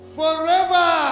forever